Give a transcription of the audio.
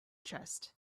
chest